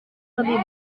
lebih